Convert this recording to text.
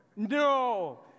No